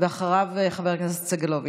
אחריו, חבר הכנסת סגלוביץ'.